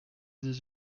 dix